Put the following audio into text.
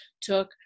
took